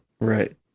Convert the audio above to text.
Right